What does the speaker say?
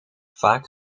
vaak